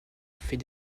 fait